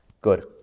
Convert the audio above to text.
Good